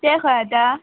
तें खंय आतां